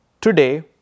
Today